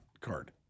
card